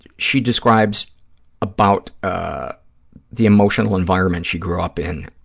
she describes about ah the emotional environment she grew up in.